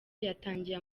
yatangiye